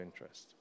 interest